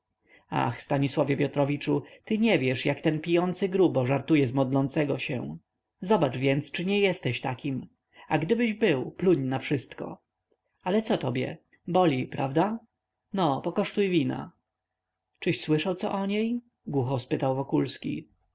ach stanisławie piotrowiczu ty nie wiesz jak ten pijący grubo żartuje z modlącego się zobacz więc czy nie jesteś takim a gdybyś był pluń na wszystko ale co tobie boli prawda no pokosztuj wina czyś słyszał co o niej głucho spytał